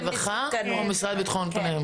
זה משרד הרווחה או המשרד לביטחון פנים?